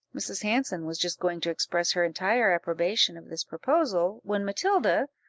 mrs. hanson was just going to express her entire approbation of this proposal, when matilda,